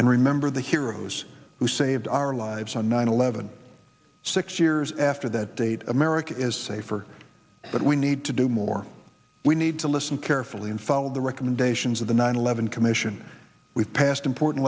and remember the heroes who saved our lives on nine eleven six years after that date america is safer but we need to do more we need to listen carefully and follow the recommendations of the nine eleven commission we passed important